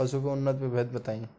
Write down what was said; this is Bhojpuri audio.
पशु के उन्नत प्रभेद बताई?